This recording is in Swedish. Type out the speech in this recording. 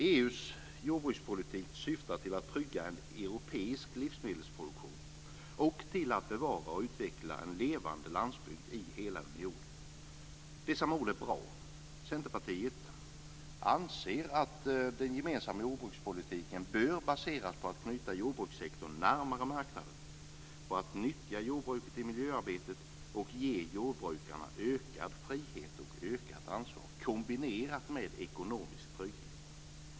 EU:s jordbrukspolitik syftar till att trygga en europeisk livsmedelsproduktion och till att bevara och utveckla en levande landsbygd i hela unionen. Dessa mål är bra. Centerpartiet anser att den gemensamma jordbrukspolitiken bör baseras på att knyta jordbrukssektorn närmare marknaden, på att nyttja jordbruket i miljöarbetet och ge jordbrukarna ökad frihet och ökat ansvar kombinerat med ekonomisk trygghet.